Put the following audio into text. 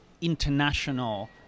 international